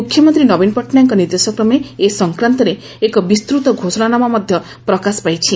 ମୁଖ୍ୟମନ୍ତୀ ନବୀନ ପଟଟନାୟକଙ୍କ ନିର୍ଦ୍ଦେଶକ୍ରମେ ଏ ସଂକ୍ରାନ୍ତରେ ଏକ ବିସ୍କୃତ ଘୋଷଣାନାମା ମଧ୍ୟ ପ୍ରକାଶ ପାଇଛି